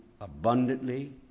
abundantly